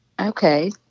Okay